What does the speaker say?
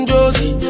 Josie